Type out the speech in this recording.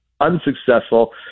unsuccessful